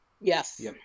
Yes